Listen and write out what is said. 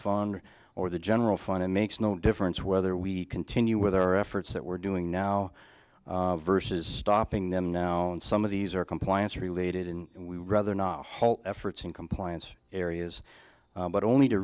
fund or the general fund it makes no difference whether we continue with our efforts that we're doing now vs stopping them now and some of these are compliance related and we would rather not efforts in compliance areas but only to